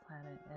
planet